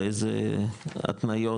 באיזה התניות,